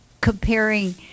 comparing